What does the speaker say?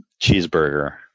cheeseburger